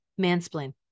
mansplain